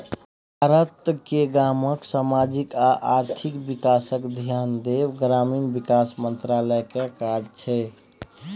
भारत केर गामक समाजिक आ आर्थिक बिकासक धेआन देब ग्रामीण बिकास मंत्रालय केर काज छै